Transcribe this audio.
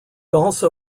also